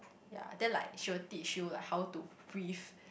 ya then like she will teach you like how to breathe